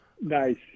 Nice